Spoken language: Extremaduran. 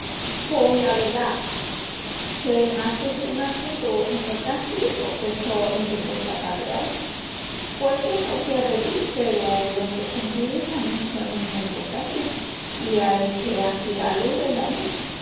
Pos la verdá, que m'á surgíu un assuntu emportanti o que estó endispuesta pa quedal. Pue que no quiea de dil peru los sus sentiris tamién sonin emportantis i ai que afiá-lus del dañu.